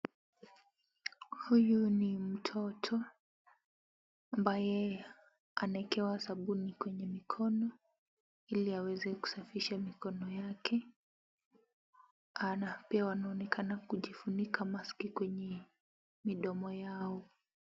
Huyu ni mtoto ambaye anaekewa sabuni kwenye mikono, ili aweze kusafisha mikono yake. Pia wanaonekana kujifunika mask kwenye midomo yao.